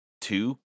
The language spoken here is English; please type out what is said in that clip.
two